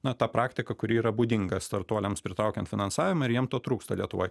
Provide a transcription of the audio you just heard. na ta praktika kuri yra būdinga startuoliams pritraukiant finansavimą ir jiem to trūksta lietuvoj